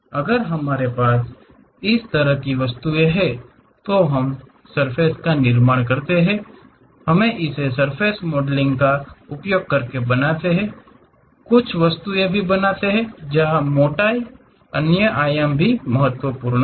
अगर हमारे पास इस तरह की वस्तुएं हैं तो हम सर्फ़ेस का निर्माण करते हैं हम इसे सर्फ़ेस मॉडलिंग का उपयोग करके बनाते हैं कुछ वस्तुएं भी बनाते है जहां मोटाई अन्य आयाम भी महत्वपूर्ण हैं